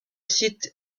site